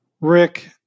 Rick